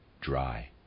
dry